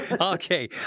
Okay